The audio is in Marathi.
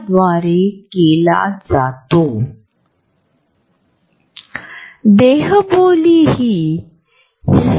मला असे वाटत नाही आणि माझ्याकडे योजना आहेत